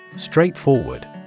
straightforward